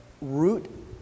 root